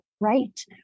right